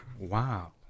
wow